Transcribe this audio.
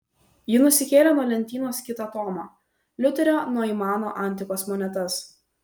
ji nusikėlė nuo lentynos kitą tomą liuterio noimano antikos monetas